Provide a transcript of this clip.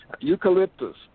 Eucalyptus